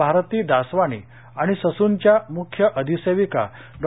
भारती दासवानी आणि ससूनच्या मुख्य अधिसेविका डॉ